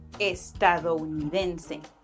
Estadounidense